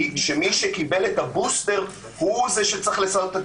שמי שקיבל את הבוסטר הוא זה שצריך לעשות את